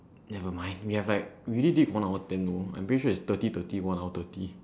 never mind they have like we already did one hour ten though I am pretty sure is thirty thirty one hour thirty